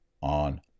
on